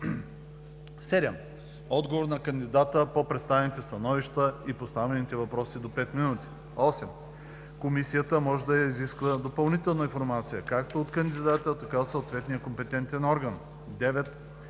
7. Отговор на кандидата по представените становища и поставените въпроси – до 5 минути. 8. Комисията може да изисква допълнителна информация както от кандидата, така и от съответния компетентен орган. 9.